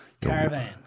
Caravan